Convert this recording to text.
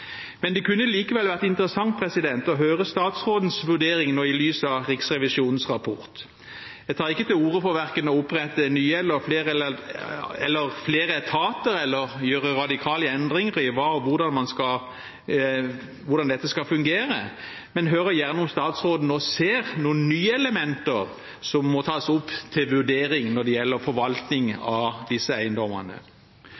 Men det kunne likevel være interessant å høre statsrådens vurdering nå i lys av Riksrevisjonens rapport. Jeg tar ikke til orde for verken å opprette nye eller flere etater eller gjøre radikale endringer i hvordan dette skal fungere, men hører gjerne om statsråden nå ser noen nye elementer som må tas opp til vurdering når det gjelder